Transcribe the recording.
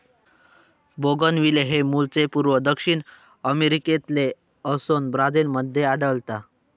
bougainvillea हे मूळचे पूर्व दक्षिण अमेरिकेतले असोन ब्राझील मध्ये आढळता